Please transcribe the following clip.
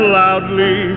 loudly